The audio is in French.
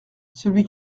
celui